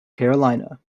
carolina